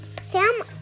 Sam